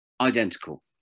identical